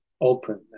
open